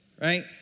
right